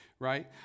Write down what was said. Right